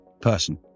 person